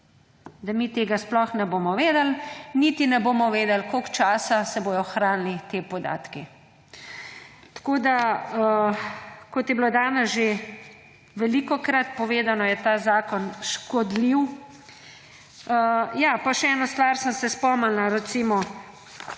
da mi tega sploh ne bomo vedeli, niti ne bomo vedeli, koliko časa se bojo hranili ti podatki. Kot je bilo danes že velikokrat povedano, je ta zakon škodljiv. Ja, pa še eno stvar sem se spomnila, recimo,